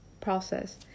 process